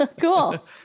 cool